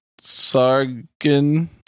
Sargon